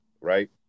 right